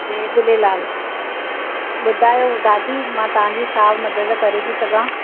जय झूलेलाल ॿुधायो दादी मां तव्हां जी छा मदद करे थी सघां